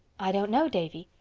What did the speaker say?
i don't know, davy.